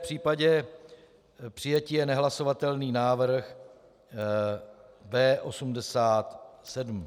V případě přijetí je nehlasovatelný návrh B87.